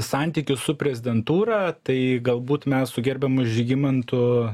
santykius su prezidentūra tai galbūt mes su gerbiamu žygimantu